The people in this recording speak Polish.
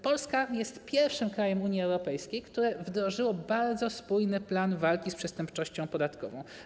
Polska jest pierwszym krajem Unii Europejskiej, które wdrożyło bardzo spójny plan walki z przestępczością podatkową.